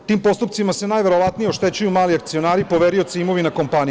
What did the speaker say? Tim postupcima se najverovatnije oštećuju mali akcionari i poverioci imovina kompanije.